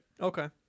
Okay